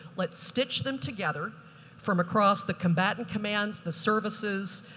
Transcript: let's stitch them together from across the combatant commands, the services,